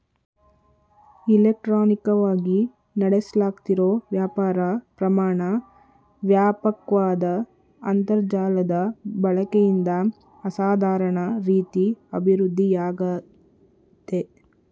ಇಲೆಕ್ಟ್ರಾನಿಕವಾಗಿ ನಡೆಸ್ಲಾಗ್ತಿರೋ ವ್ಯಾಪಾರ ಪ್ರಮಾಣ ವ್ಯಾಪಕ್ವಾದ ಅಂತರ್ಜಾಲದ ಬಳಕೆಯಿಂದ ಅಸಾಧಾರಣ ರೀತಿ ಅಭಿವೃದ್ಧಿಯಾಗಯ್ತೆ